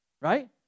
Right